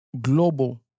global